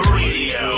radio